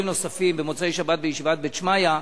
נוספים במוצאי-שבת בישיבת "בית שמעיה",